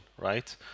right